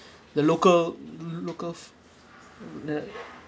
the local look of the